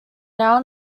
now